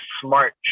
smart